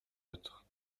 autres